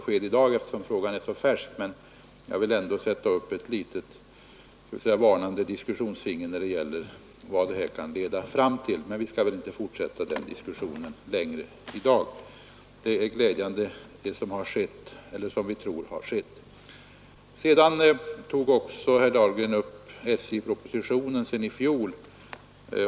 Sedan tog herr Dahlgren också upp SJ-propositionen från i fjol.